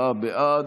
54 בעד,